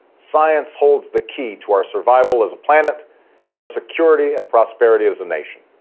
science holds the key to our survival as a planet and our security and prosperity as a nation.